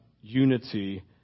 unity